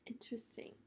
Interesting